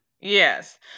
Yes